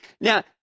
Now